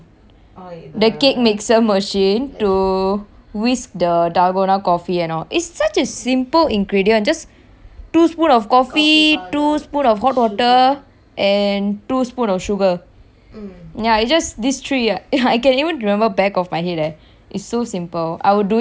the cake mixer machine to whisk the dalgona coffee and all it's such as simple ingredient just two spoon of coffee two spoon of hot water and two spoon of sugar ya it's just this three uh I can even remember back of my head eh it's so simple I would do it again in